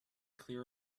clear